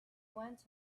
went